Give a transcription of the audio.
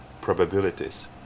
probabilities